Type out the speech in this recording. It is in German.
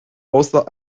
außer